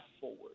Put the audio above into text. forward